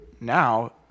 now